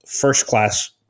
first-class